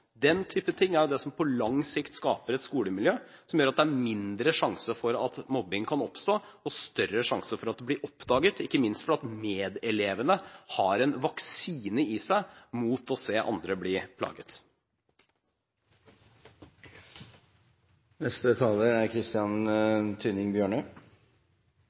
Den typen ting er det som på lang sikt skaper et skolemiljø som gjør at det er mindre sjanse for at mobbing kan oppstå, og større sjanse for at det blir oppdaget, ikke minst fordi medelevene har en vaksine i seg mot å se andre